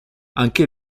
anche